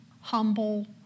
humble